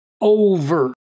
over